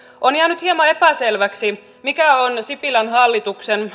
on jäänyt hieman epäselväksi mikä on sipilän hallituksen